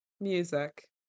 music